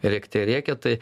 rėkte rėkia tai